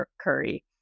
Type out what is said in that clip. curry